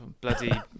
bloody